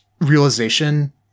Realization